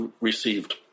received